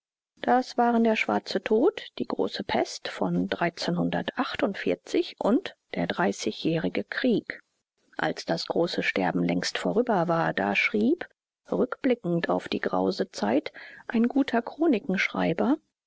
das waren der schwarze tod die große pest von und der dreißigjährige krieg als das große sterben längst vorüber war da schrieb rückblickend auf die grause zeit ein guter